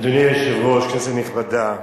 אדוני היושב-ראש, כנסת נכבדה,